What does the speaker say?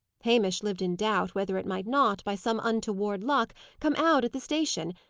hamish lived in doubt whether it might not, by some untoward luck, come out at the station,